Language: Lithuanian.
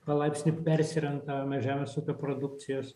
palaipsnį persiorientavimą žemės ūkio produkcijos